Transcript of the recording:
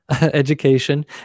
education